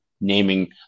naming